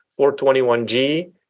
421G